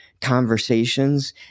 conversations